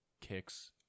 Kicks